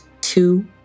two